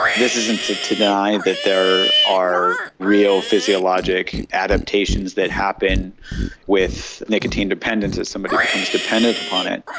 this isn't to deny that there are real physiologic adaptations that happen with nicotine dependence as somebody becomes dependent upon it,